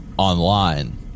online